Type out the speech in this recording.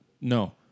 no